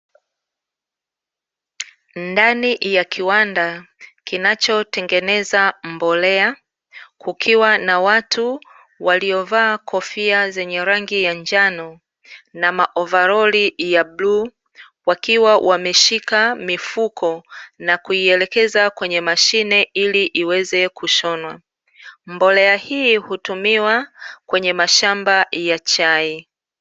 Ndani ya kiwanda kinachotengeneza mbolea, kukiwa na watu waliovaa kofia zenye rangi ya njano, na maovaroli ya bluu, wakiwa wameshika mifuko, na kuielekeza kwenye mashine ili iweze kushonwa. Mbolea hii hutumiwa, kwenye mashamba ya chai.